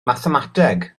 mathemateg